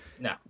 no